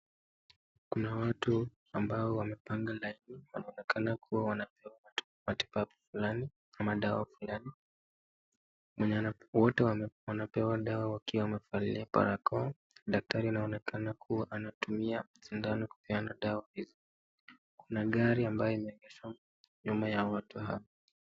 Kuna watu ambao wamepanga laini wanaonekana kuwa wanaongoja matibabu fulani ama madawa fulani, mwenye ana wote wanapewa dawa wakiwa wanavalia barakoa, daktari anaonekana kuwa anatumia sindano kupeana dawa hizi, kuna gari ambayo imeegeshwa nyuma ya watu hawa.